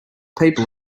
people